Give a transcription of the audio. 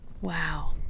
Wow